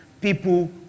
people